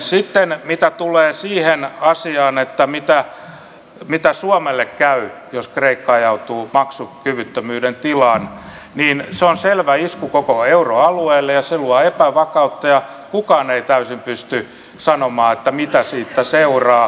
sitten mitä tulee siihen asiaan että miten suomelle käy jos kreikka ajautuu maksukyvyttömyyden tilaan niin se on selvä isku koko euroalueelle ja se luo epävakautta ja kukaan ei täysin pysty sanomaan mitä siitä seuraa